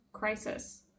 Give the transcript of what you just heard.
Crisis